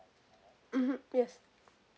mmhmm yes